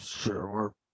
Sure